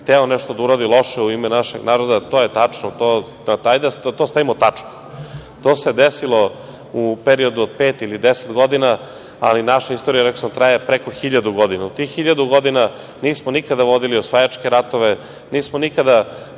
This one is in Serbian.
hteo nešto da uradi loše u ime našeg naroda, to je tačno, ali hajde da na to stavimo tačku. To se desilo u periodu od pet ili deset godina, ali naša istorija traje preko hiljadu godina. U tih hiljadu godina nismo nikada vodili osvajačke ratove, nismo nikada